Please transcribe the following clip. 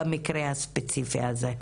במקרה הספציפי הזה.